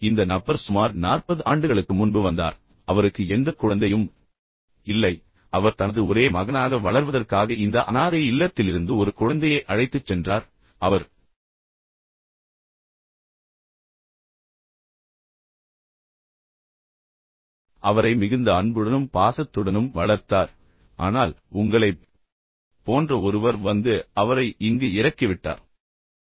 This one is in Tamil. எனவே இந்த நபர் சுமார் 40 ஆண்டுகளுக்கு முன்பு வந்தார் பின்னர் அவருக்கு எந்த குழந்தையும் இல்லை அவர் தனது ஒரே மகனாக வளர்வதற்காக இந்த அனாதை இல்லத்திலிருந்து ஒரு குழந்தையை அழைத்துச் சென்றார் பின்னர் அவர் அவரை மிகுந்த அன்புடனும் பாசத்துடனும் வளர்த்தார் இப்போது அந்த மகனுக்கு என்ன நடந்தது என்று எனக்குத் தெரியவில்லை ஆனால் உங்களைப் போன்ற ஒருவர் வந்து அவரை இங்கு இறக்கிவிட்டார்